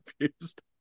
confused